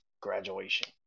Graduation